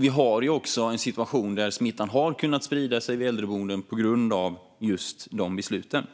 Vi har också en situation där smittan har kunnat sprida sig på äldreboenden på grund av just de besluten.